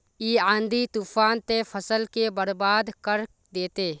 इ आँधी तूफान ते फसल के बर्बाद कर देते?